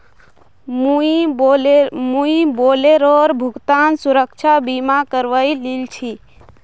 मुई बोलेरोर भुगतान सुरक्षा बीमा करवइ लिल छि